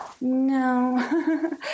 No